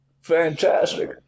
fantastic